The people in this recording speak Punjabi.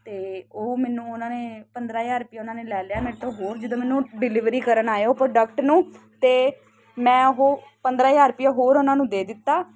ਤੇ ਉਹ ਮੈਨੂੰ ਉਹਨਾਂ ਨੇ ਪੰਦਰਾਂ ਹਜ਼ਾਰ ਰੁਪਇਆ ਉਹਨਾਂ ਨੇ ਲੈ ਲਿਆ ਮੇਰੇ ਤੋਂ ਹੋਰ ਜਦੋਂ ਮੈਨੂੰ ਡਿਲੀਵਰੀ ਕਰਨ ਆਏ ਉਹ ਪ੍ਰੋਡਕਟ ਨੂੰ ਤੇ ਮੈਂ ਉਹ ਪੰਦਰਾਂ ਹਜ਼ਾਰ ਰੁਪਇਆ ਹੋਰ ਉਹਨਾਂ ਨੂੰ ਦੇ ਦਿੱਤਾ